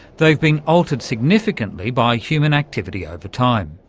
they've been altered significantly by human activity over time.